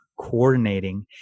coordinating